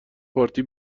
پارتی